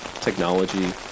technology